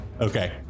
Okay